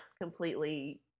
completely